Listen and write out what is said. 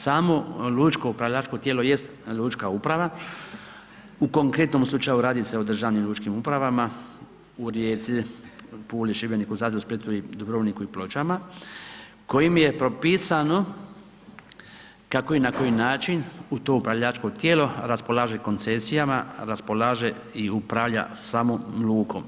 Samo lučko upravljačko tijelo jest lučka uprava, u konkretnom slučaju radi se o državnim lučkim upravama u Rijeci, Puli, Šibeniku, Zadru, Splitu i Dubrovniku i Pločama kojim je propisano kako i na koji način to upravljačko tijelo raspolaže koncesijama, raspolaže i upravlja samom lukom.